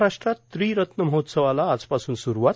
महाराष्ट्रात त्रिरत्न महोत्सवाला आजपासून सुरूवात